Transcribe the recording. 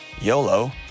YOLO